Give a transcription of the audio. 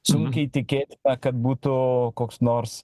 sunkiai tikėtina kad būtų koks nors